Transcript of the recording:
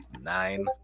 Nine